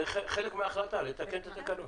זה חלק מההחלטה, לתקן את התקנות.